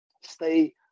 stay